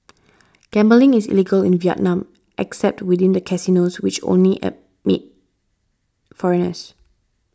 gambling is illegal in Vietnam except within the casinos which only admit foreigners